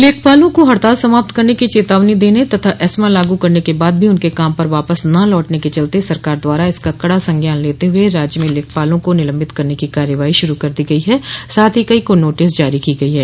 लेखपालों को हड़ताल समाप्त करने की चेतावनी देने तथा एस्मा लागू करने के बाद भी उनके काम पर वापस न लौटन के चलते सरकार द्वारा इसका कड़ा संज्ञान लेते हुए राज्य में लेखपालों को निलम्बित करने की कार्रवाई शुरू कर दी गई है साथ ही कई को नोटिस जारी की गई ह